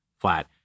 flat